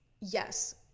yes